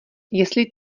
jestli